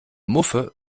muffe